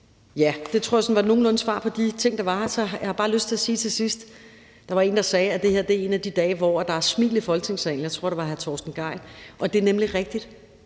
Det tror jeg nogenlunde var svar på de ting, der har været oppe. Så er der bare noget, jeg har lyst til at sige til sidst. Der var en, der sagde, at det her er en af de dage, hvor der er smil i Folketingssalen – jeg tror, det var hr. Torsten Gejl – og det er nemlig rigtigt.